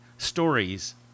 stories